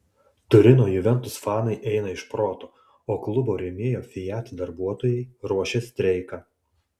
turino juventus fanai eina iš proto o klubo rėmėjo fiat darbuotojai ruošia streiką